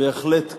בהחלט כן.